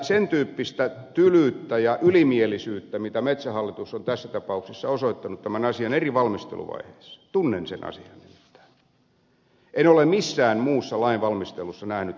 sen tyyppistä tylyyttä ja ylimielisyyttä mitä metsähallitus on tässä tapauksessa osoittanut tämän asian eri valmisteluvaiheissa tunnen sen asian nimittäin en ole missään muussa lainvalmistelussa nähnyt herran vuosiin